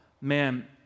Man